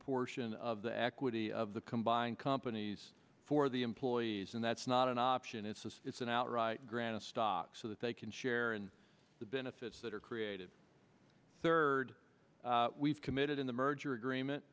portion of the equity of the combined companies for the employees and that's not an option if it's an outright grant of stock so that they can share in the benefits that are created third we've committed in the merger agreement